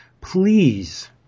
please